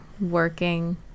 Working